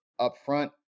upfront